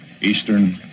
Eastern